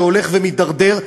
שהולך ומידרדר,